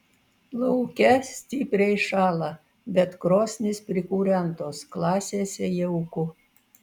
lauke stipriai šąla bet krosnys prikūrentos klasėse jauku